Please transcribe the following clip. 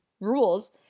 rules